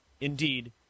Indeed